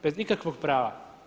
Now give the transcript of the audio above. Bez ikakvog prava.